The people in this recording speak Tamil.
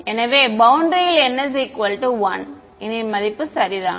எனவே பௌண்டரியில் n 1 இன் மதிப்பு சரிதான்